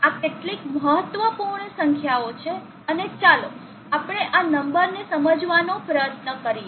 આ કેટલીક મહત્વપૂર્ણ સંખ્યાઓ છે અને ચાલો આપણે આ નંબરને સમજવાનો પ્રયત્ન કરીએ